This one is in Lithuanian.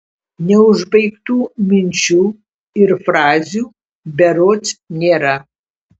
neužbaigtų minčių ir frazių berods nėra